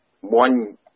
one